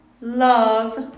love